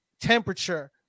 temperature